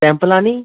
पंत लानी